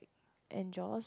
and Josh